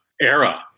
era